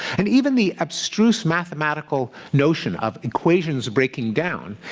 and even the abstruse mathematical notion of equations breaking down,